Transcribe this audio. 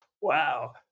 wow